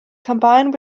combined